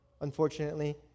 unfortunately